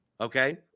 Okay